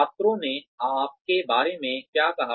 छात्रों ने आपके बारे में क्या कहा